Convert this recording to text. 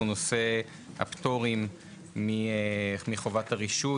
זה נושא הפטורים מחובת הרישוי,